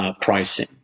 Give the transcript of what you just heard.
pricing